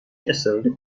اضطراری